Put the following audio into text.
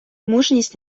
мужність